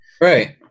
right